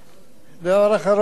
שזה לא שר התחבורה,